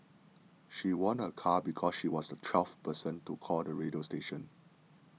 she won a car because she was the twelfth person to call the radio station